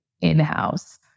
in-house